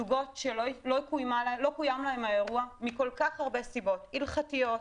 הזוגות שלא קוים להם האירוע מכל כך הרבה סיבות: הלכתיות,